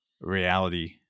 reality